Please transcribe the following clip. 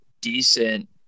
decent